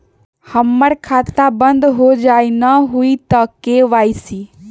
हमर खाता बंद होजाई न हुई त के.वाई.सी?